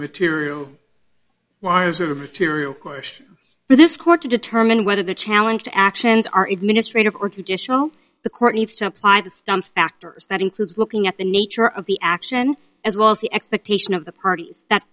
immaterial wires of material cost for this court to determine whether the challenge to actions are administrative or traditional the court needs to apply the stun factors that includes looking at the nature of the action as well as the expectation of the parties that